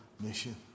mission